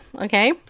okay